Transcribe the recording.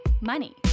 money